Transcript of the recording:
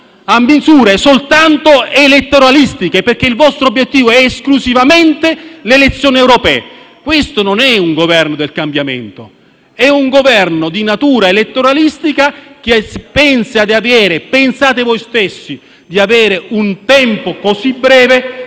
a misure elettoralistiche, perché il vostro obiettivo sono esclusivamente le elezioni europee. Questo non è un Governo del cambiamento, è un Governo di natura elettoralistica che pensa di avere - voi stessi pensate - un tempo così breve